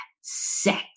sex